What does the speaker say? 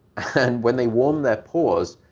and when they warm their paws,